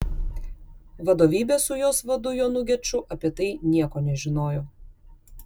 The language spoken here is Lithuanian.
vadovybė su jos vadu jonu geču apie tai nieko nežinojo